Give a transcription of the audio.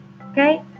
Okay